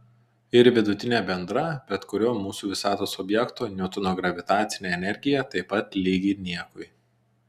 ir vidutinė bendra bet kurio mūsų visatos objekto niutono gravitacinė energija taip pat lygi niekui